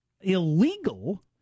illegal